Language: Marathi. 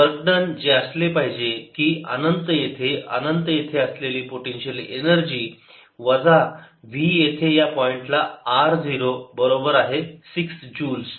वर्क डन जे असले पाहिजे कि v अनंत येथे अनंत येथे पोटेन्शिअल एनर्जी वजा v येथे या पॉइंटला r 0 बरोबर आहे 6 जूल्स